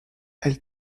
elle